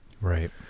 right